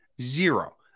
zero